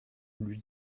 lui